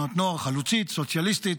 תנועת נוער חלוצית וסוציאליסטית,